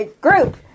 Group